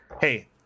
Hey